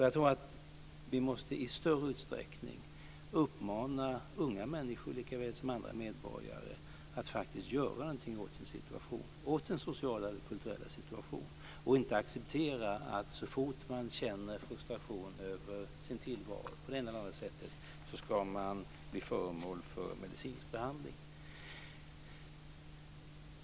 Jag tror att vi i större utsträckning måste uppmana unga människor likaväl som andra medborgare att faktiskt göra någonting åt sin sociala eller kulturella situation och inte acceptera att man så fort man känner frustration över sin tillvaro på det ena eller det andra sättet ska bli föremål för medicinsk behandling.